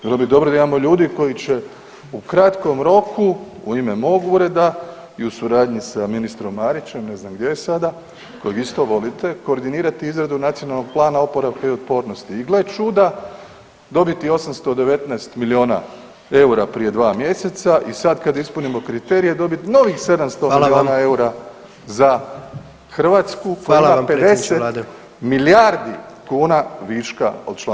Bilo bi dobro da imamo ljudi koji će u kratkom roku u ime mog ureda i u suradnju sa ministrom Marićem, ne znam gdje je sada, kojeg isto volite, koordinirati izradu Nacionalnog plana oporavka i otpornosti i gle čuda dobiti 819 miliona EUR-a prije dva mjeseca i sad kad ispunimo kriterije dobit novih 700 miliona EUR-a [[Upadica: Hvala vam.]] za Hrvatsku koja ima [[Upadica: Hvala vam predsjedniče vlade.]] 50 milijardi kuna viška od članstva